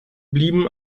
blieben